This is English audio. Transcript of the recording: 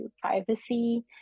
privacy